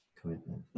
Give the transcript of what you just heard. Commitment